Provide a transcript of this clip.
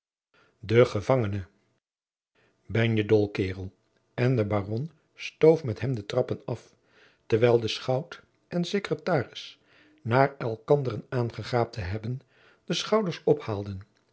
de gevangene ben je dol kaerel en de baron stoof met hem de trappen af terwijl de schout en secretaris na elkanderen aangegaapt te hebben de schouders ophaalden